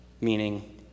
meaning